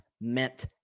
meant